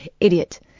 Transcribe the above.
Idiot